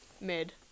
mid